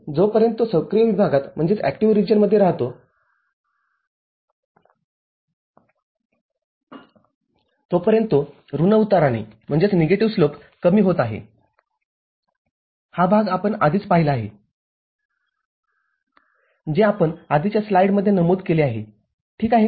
जोपर्यंत तो सक्रिय विभागात राहतो तोपर्यंत तो ऋण उताराने कमी होत आहे हा भाग आपण आधीच पाहिला आहे जे आपण आधीच्या स्लाईडमध्ये नमूद केले आहे ठीक आहे